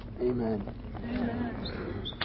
Amen